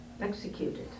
executed